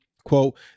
quote